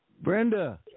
Brenda